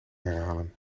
herhalen